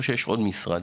או שיש עוד משרד?